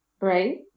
right